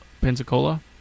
Pensacola